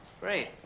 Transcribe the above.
Great